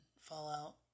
Fallout